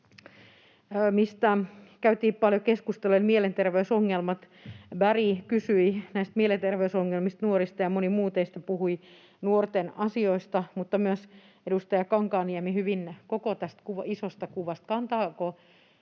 mistä käytiin paljon keskusteluja, olivat mielenterveysongelmat. Berg kysyi näistä mielenterveysongelmista ja nuorista, ja moni muu teistä puhui nuorten asioista. Myös edustaja Kankaanniemi puhui hyvin koko tästä isosta kuvasta,